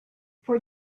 for